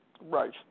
Right